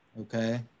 okay